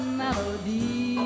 melody